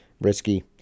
risky